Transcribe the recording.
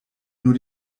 nur